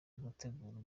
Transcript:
gutegura